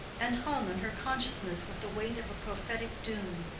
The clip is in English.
and hung on her consciousness with the weight of a prophetic doom.